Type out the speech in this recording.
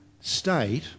state